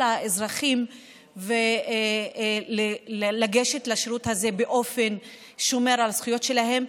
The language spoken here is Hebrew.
האזרחים לגשת לשירות הזה באופן ששומר על הזכויות שלהם,